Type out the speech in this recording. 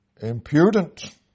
impudent